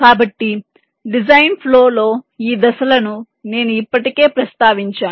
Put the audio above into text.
కాబట్టి design flow లో ఈ దశలను నేను ఇప్పటికే ప్రస్తావించాను